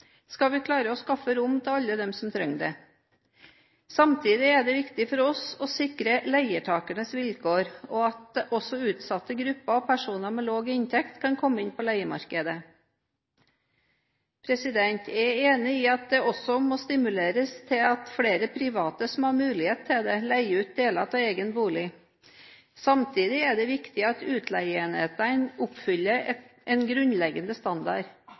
skal vi klare å skaffe rom til alle dem som trenger det. Samtidig er det viktig for oss å sikre leietakernes vilkår, og at også utsatte grupper og personer med lav inntekt kan komme inn på leiemarkedet. Jeg er enig i at det også må stimuleres til at flere private som har mulighet til det, leier ut deler av egen bolig. Samtidig er det viktig at utleieenhetene oppfyller en grunnleggende standard